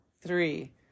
three